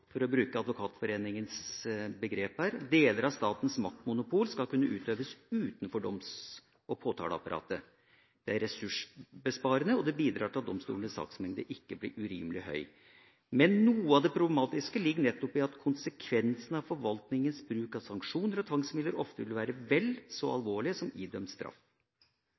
av statens maktmonopol skal kunne utøves utenfor doms- og påtaleapparatet. Det er ressursbesparende, og bidrar også til at domstolenes saksmengde ikke blir urimelig høy. Noe av det problematiske ligger imidlertid i at konsekvensene av forvaltningens bruk av sanksjoner og tvangsmidler ofte vil være vel så alvorlig som